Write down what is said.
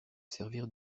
servir